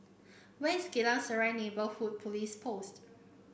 where is Geylang Serai Neighbourhood Police Post